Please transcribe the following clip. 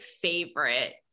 favorite